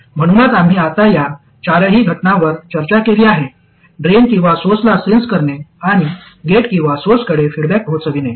म्हणूनच आम्ही आता या चारही घटनांवर चर्चा केली आहे ड्रेन किंवा सोर्सला सेन्स करणे आणि गेट किंवा सोर्सकडे फीडबॅक पोहोचविणे